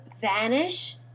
vanish